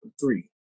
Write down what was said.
three